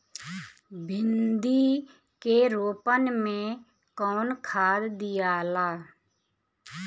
भिंदी के रोपन मे कौन खाद दियाला?